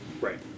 Right